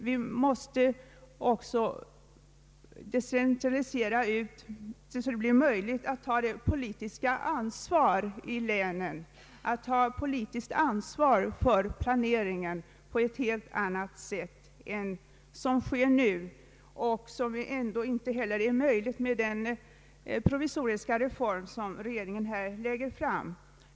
Vi måste också decentralisera så att det blir möjligt att i länen ta politiskt ansvar för planeringen på ett helt annat sätt än nu. Detta kan inte ske med den provisoriska form som regeringen här presenterar.